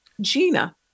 Gina